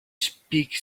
speak